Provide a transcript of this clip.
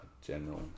general